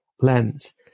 lens